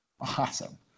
Awesome